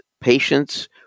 patients